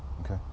Okay